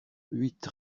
huit